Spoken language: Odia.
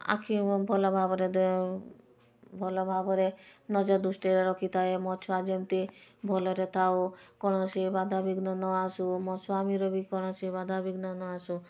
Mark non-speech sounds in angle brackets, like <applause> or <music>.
ଆଖି ଭଲଭାବରେ <unintelligible> ଭଲଭାବରେ ନଜର ଦୃଷ୍ଟିରେ ରଖିଥାଏ ମୋ ଛୁଆ ଯେମତି ଭଲରେ ଥାଉ କୌଣସି ବାଧାବିଘ୍ନ ନଆସୁ ମୋ ସ୍ୱାମୀର ବି କୌଣସି ବାଧାବିଘ୍ନ ନଆସୁ